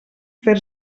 fer